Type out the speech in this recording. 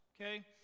okay